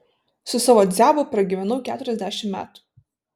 su savo dziabu pragyvenau keturiasdešimt metų